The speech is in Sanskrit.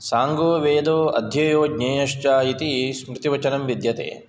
साङ्गो वदो अध्येयो ज्ञेयश्च इति स्मृतिवचनं विद्यते